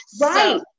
Right